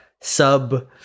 sub